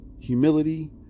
humility